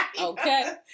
Okay